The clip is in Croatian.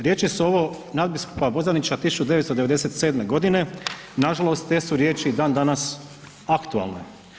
Riječi su ovo nadbiskupa Bozanića 1997. godine, nažalost te su riječi i dan danas aktualne.